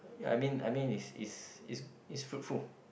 I mean I mean it's it's it's it's fruitful